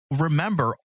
remember